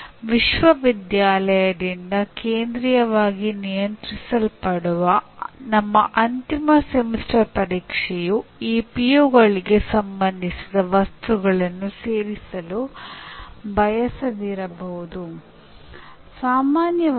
ನಿಮ್ಮ ಅಂದಾಜುವಿಕೆ ಇದಕ್ಕೆ ಮಾತ್ರ ಸೀಮಿತವಾಗಿದ್ದರೆ ಇದರರ್ಥ ನಿಮ್ಮ ಅಂದಾಜುವಿಕೆ ಹೇಳಲಾದ ಪರಿಣಾಮಗಳೊಂದಿಗೆ ಹೊಂದಾಣಿಕೆಯಾಗುವುದಿಲ್ಲವೆಂದು